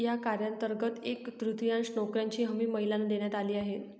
या कायद्यांतर्गत एक तृतीयांश नोकऱ्यांची हमी महिलांना देण्यात आली आहे